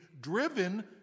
driven